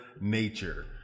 Nature